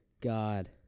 God